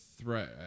threat